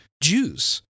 jews